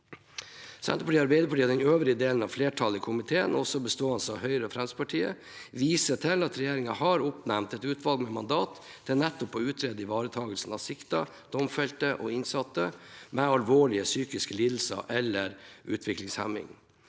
Senterpartiet og Arbeiderpartiet og den øvrige delen av flertallet i komiteen, også bestående av Høyre og Fremskrittspartiet, viser til at regjeringen har oppnevnt et utvalg med mandat til nettopp å utrede ivaretakelsen av siktede, domfelte og innsatte med alvorlige psykiske lidelser eller utviklingshemming.